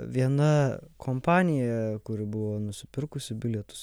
viena kompanija kuri buvo nusipirkusi bilietus